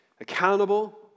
accountable